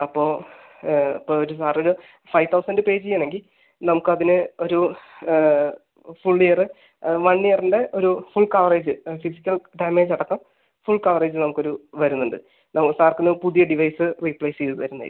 അപ്പോൾ ഇപ്പോൾ ഒരു സാറിന് ഫൈവ് തൗസൻഡ് പേ ചെയ്യുകയാണെങ്കിൽ നമുക്ക് അതിന് ഒരു ഫുൾ ഇയറ് വൺ ഇയറിൻ്റ ഒരു ഫുൾ കവറേജ് ആ ഫിസിക്കൽ ഡാമേജടക്കം ഫുൾ കവറേജ് നമുക്ക് ഒരു വരുന്നുണ്ട് നോഷാർക്കിന് പുതിയ ഡിവൈസ് റീപ്ലേസ് ചെയ്ത് തരുന്നതായിരിക്കും